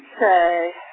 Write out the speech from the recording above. say